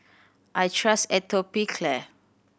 I trust Atopiclair